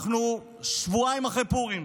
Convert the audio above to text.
אנחנו שבועיים אחרי פורים,